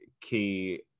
key